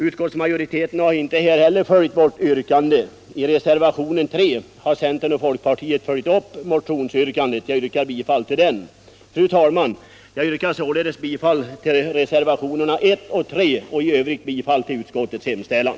Utskottsmajoriteten har inte heller här följt vårt yrkande. I reservationen 3 har vi ifrån centern och folkpartiet följt upp motionsyrkandet, och jag yrkar bifall till denna reservation. Fru talman! Jag yrkar således bifall till reservationerna 1 och 3 och i övrigt bifall till utskottets hemställan.